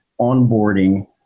onboarding